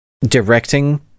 directing